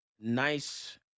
nice